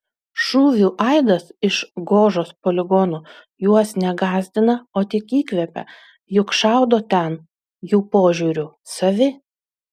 šūvių aidas iš gožos poligono juos ne gąsdina o tik įkvepia juk šaudo ten jų požiūriu savi